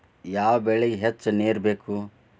ಯಾವ ಬೆಳಿಗೆ ಹೆಚ್ಚು ನೇರು ಬೇಕು?